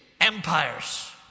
empires